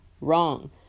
wrong